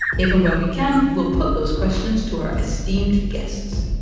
even when we can, we'll put those questions to our esteemed guests